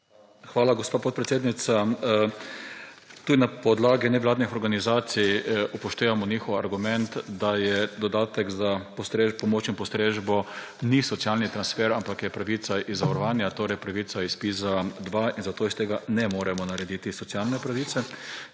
Hvala, gospa podpredsednica. Tudi na podlagi nevladnih organizacij upoštevamo njihov argument, da je dodatek za postrežbo, pomoč in postrežbo ni socialni transfer, ampak je pravica iz zavarovanja, torej pravica iz ZPIZ-2 in zato iz tega ne moremo narediti socialne pravice.